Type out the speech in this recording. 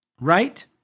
Right